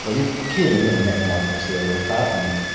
but you've clearly never met an elephant seal, they're far from.